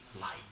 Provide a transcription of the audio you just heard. Light